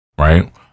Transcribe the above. Right